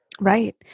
Right